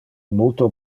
multo